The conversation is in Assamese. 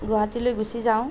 গুৱাহাটীলৈ গুচি যাওঁ